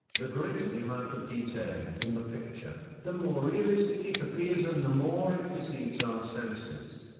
the greater the amount of detail in the picture, the more realistic it appears and the more it deceives our senses.